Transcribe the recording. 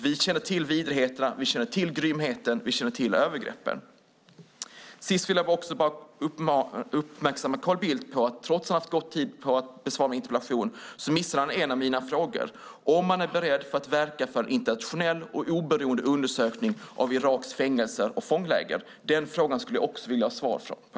Vi känner till vidrigheterna, vi känner till grymheten och vi känner till övergreppen. Sist vill jag bara uppmärksamma Carl Bildt på att han trots att han har haft gott om tid att besvara min interpellation missade en av mina frågor, om man är beredd att verka för en internationell och oberoende undersökning av Iraks fängelser och fångläger. Den frågan skulle jag också vilja ha svar på.